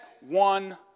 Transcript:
one